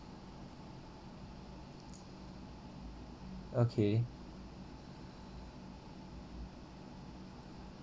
okay